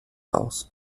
aus